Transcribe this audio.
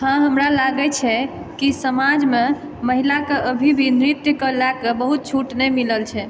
हाँ हमरा लागै छै कि समाजमे महिलाके अभी भी नृत्यके लए कऽ बहुत छूट नहि मिलल छै